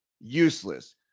useless